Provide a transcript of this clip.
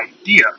idea